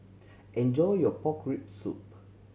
enjoy your pork rib soup